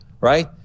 right